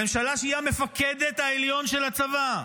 הממשלה שהיא המפקד העליון של הצבא.